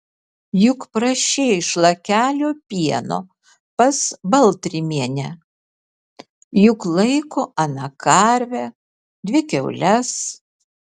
juk prašei šlakelio pieno pas baltrimienę juk laiko ana karvę dvi kiaules